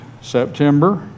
September